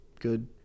good